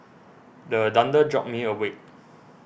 the thunder jolt me awake